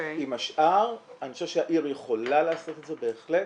עם השאר אני חושב שהעיר יכולה לעשות את זה בהחלט.